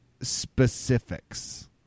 specifics